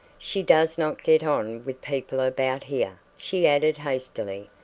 she does not get on with people about here, she added hastily.